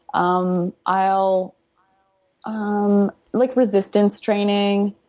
um i'll um like resistance training.